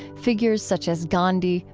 figures such as gandhi,